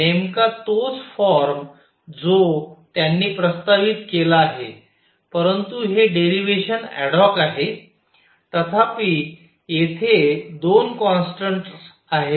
नेमका तोच फॉर्म जो त्यांनी प्रस्तावित केला आहे परंतु हे डेरीव्हेशन अॅडहॉक आहे तथापि येथे दोन कॉन्स्टंट्स आहेत